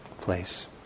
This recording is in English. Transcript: place